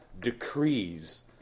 decrees